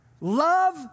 love